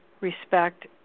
respect